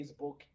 Facebook